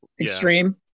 extreme